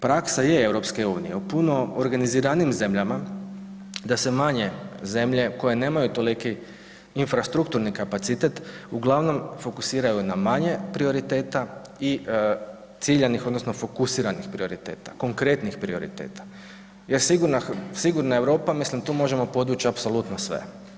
Praksa je EU u puno organiziranijim zemljama da se manje zemlje koje nemaju toliki infrastrukturni kapacitet uglavnom fokusiraju na manje prioriteta ciljanih odnosno fokusiranih prioriteta, konkretnih prioriteta jer „Sigurna Europa“, mislim tu možemo podvuć apsolutno sve.